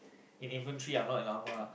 in infantry ah not in armour ah